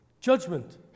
judgment